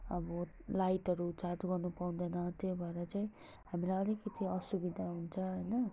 अब लाइटहरू चार्ज गर्नु पाउँदैन त्यो भएर चाहिँ हामीलाई अलिकति असुविधा हुन्छ होइन